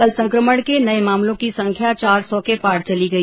कल संकमण के नए मामलों की संख्या चार सौ के पार चली गई